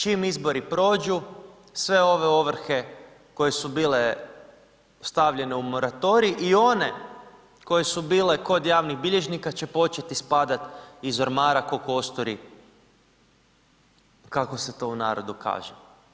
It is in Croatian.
Čim izbori prođu, sve ove ovrhe koje su bile stavljene u moratorij i one koje su bile kod javnih bilježnika, će počet ispad iz ormara ko kosturi, kako se to u narodu kaže.